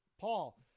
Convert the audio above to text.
paul